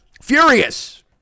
furious